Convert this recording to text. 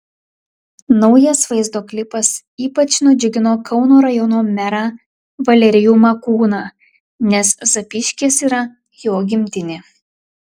naujas vaizdo klipas ypač nudžiugino kauno rajono merą valerijų makūną nes zapyškis yra jo gimtinė